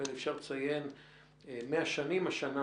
שנדמה לי שאפשר לציין 100 שנים השנה,